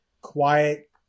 quiet